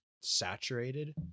saturated